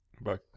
Bye